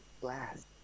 blast